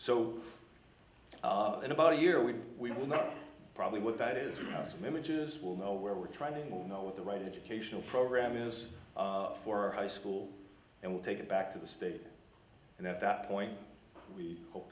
so in about a year we we will not probably what that is really awesome images will know where we're trying will know what the right education program is for high school and we take it back to the state and at that point we hope